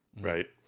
Right